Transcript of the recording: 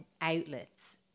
outlets